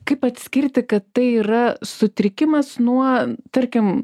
kaip atskirti kad tai yra sutrikimas nuo tarkim